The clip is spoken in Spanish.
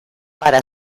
para